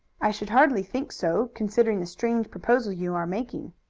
i should hardly think so, considering the strange proposal you are making.